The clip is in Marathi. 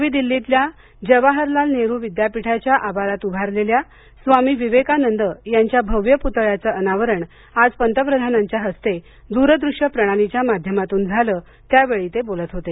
नवी दिल्लीतल्या जवाहरलाल नेहरू विद्यापीठाच्या आवारात उभारलेल्या स्वामी विवेकानंद यांच्या भव्य पुतळयाचं अनावरण आज पंतप्रधानांच्या हस्ते दूरदृष्य प्रणालीच्या माध्यमातून झालं त्यावेळी ते बोलत होते